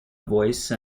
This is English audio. voice